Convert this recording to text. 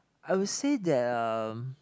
I would say that um